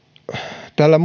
tällä